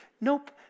Nope